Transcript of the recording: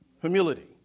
Humility